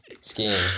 Skiing